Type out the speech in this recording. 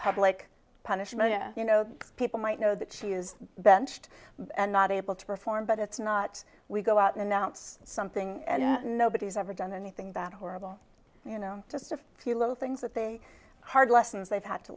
public punishment you know people might know that she is benched and not able to perform but it's not we go out and announce something and nobody's ever done anything that horrible you know just a few little things that they hard lessons they've had to